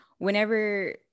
Whenever